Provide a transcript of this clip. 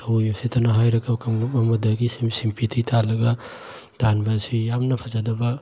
ꯊꯑꯣꯏ ꯎꯁꯤꯠꯇꯅ ꯍꯥꯏꯔꯒ ꯀꯥꯡꯂꯨꯞ ꯑꯃꯗꯒꯤ ꯁꯤꯝꯄꯦꯊꯤ ꯇꯥꯜꯂꯒ ꯇꯥꯟꯕ ꯑꯁꯤ ꯌꯥꯝꯅ ꯐꯖꯗꯕ